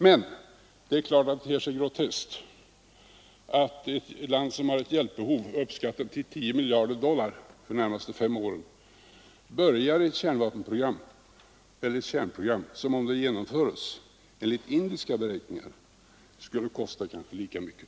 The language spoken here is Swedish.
Men det är klart att det ter sig groteskt att ett land, som har ett hjälpbehov uppskattat till 10 miljarder dollar under de närmaste fem åren, börjar ett kärnprogram som — om det genomförs fullt ut — enligt indiska beräkningar skulle kosta kanske lika mycket.